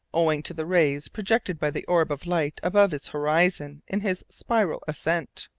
owing to the rays projected by the orb of light above its horizon in his spiral ascent.